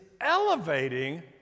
elevating